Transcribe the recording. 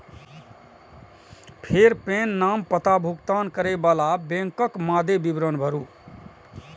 फेर पेन, नाम, पता, भुगतान करै बला बैंकक मादे विवरण भरू